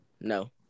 no